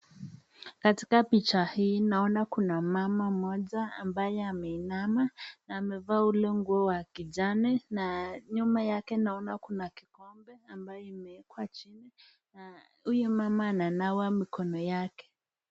Katika picha hii ninaona kuna mama moja ambaye ameinama na amevaa hii nguo wa kijani, na nyuma yake ninaona kuna kikombe ambaye imewekwa chini na huyu mama ananawa mkono mikono yake.